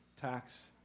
tax